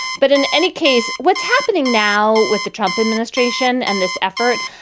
but in any case, what's happening now with the trump administration and this effort,